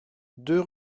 deux